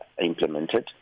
implemented